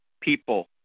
people